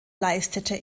leistete